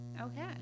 Okay